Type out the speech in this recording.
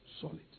solid